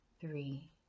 three